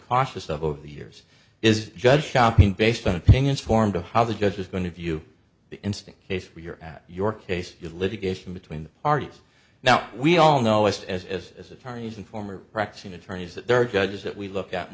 cautious of over the years is judge shopping based on opinions formed of how the judge is going to view the instant case where you're at your case of litigation between the parties now we all know as as as as attorneys and former practicing attorneys that there are judges that we look at and